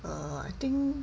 err I think